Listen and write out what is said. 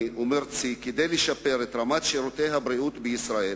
ומרצי כדי לשפר את רמת שירותי הבריאות בישראל,